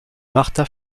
martha